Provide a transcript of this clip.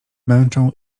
męczą